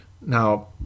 now